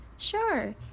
Sure